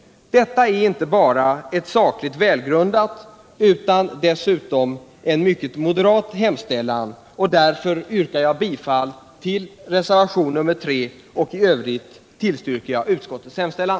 Detta är inte bara en sakligt ” välgrundad utan också en mycket moderat hemställan. Därför yrkar jag bifall till reservationen 3. I övrigt tillstyrker jag utskottets hemställan.